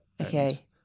Okay